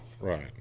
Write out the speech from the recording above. Right